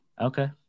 okay